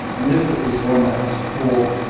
and this is one that has four,